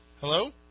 Hello